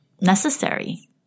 necessary